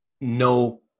no